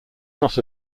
not